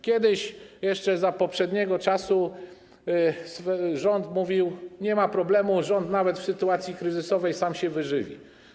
Kiedyś, jeszcze w poprzednim czasie, rząd mówił, że nie ma problemu, rząd nawet w sytuacji kryzysowej sam się wyżywi.